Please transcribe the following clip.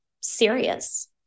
serious